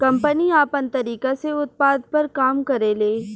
company आपन तरीका से उत्पाद पर काम करेले